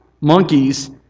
monkeys